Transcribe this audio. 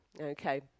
Okay